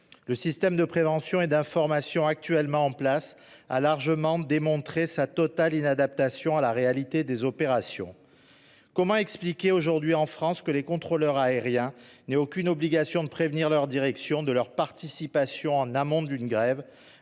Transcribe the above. Le système de prévention et d'information actuellement en place a largement démontré sa totale inadaptation à la réalité des opérations. Comment expliquer qu'aujourd'hui, en France, les contrôleurs aériens n'aient aucune obligation de prévenir leur direction de leur participation à une grève